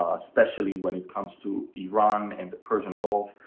especially when it comes to iran and the persian gulf.